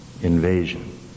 Invasion